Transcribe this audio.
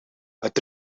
het